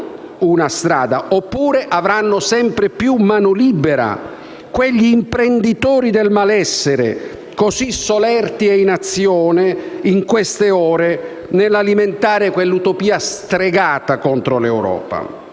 avranno sempre più mano libera quegli imprenditori del malessere, così solerti e in azione nelle ultime ore nell'alimentare quell'utopia stregata contro l'Europa.